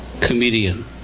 Comedian